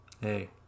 Hey